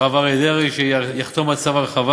הרב אריה דרעי, שיחתום על צו הרחבה.